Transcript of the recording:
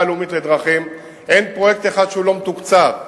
הלאומית לדרכים אין פרויקט אחד שהוא לא מתוקצב.